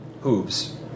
hooves